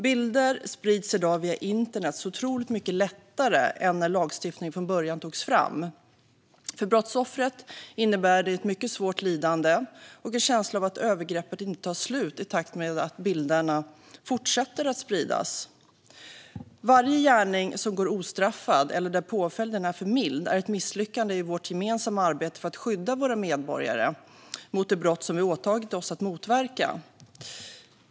Bilder sprids i dag via internet otroligt mycket lättare än när lagstiftningen från början togs fram. För brottsoffret innebär det ett mycket svårt lidande och en känsla av att övergreppet inte tar slut, i takt med att bilderna fortsätter att spridas. Varje gärning som går ostraffad eller där påföljden är för mild är ett misslyckande i vårt gemensamma arbete för att skydda våra medborgare mot de brott som vi åtagit oss att motverka.